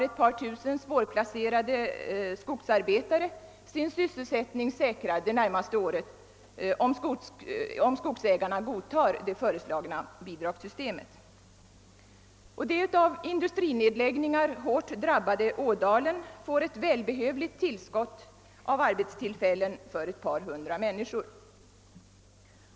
Ett par tusen svårplacerade skogsarbetare har dock sin sysselsättning säkrad det närmaste året, om skogsägarna godtar det föreslagna bidragssystemet. Det av industrinedläggningar hårt drabbade Ådalen får också ett välbehövligt tillskott av arbetstillfällen för ett par hundra människor.